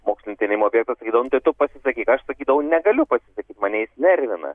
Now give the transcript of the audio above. mokslinių tyrimų objektas sakydavo nu tai tu pasisakyk aš sakydavau negaliu pasisakyt mane jis nervina